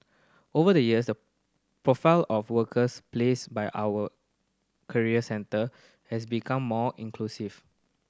over the years the profile of workers placed by our career centre has become more inclusive